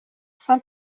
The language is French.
saint